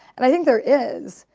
and i think there is,